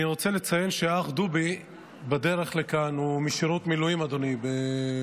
אני רוצה לציין שהאח דובי בדרך לכאן משירות מילואים בצפון,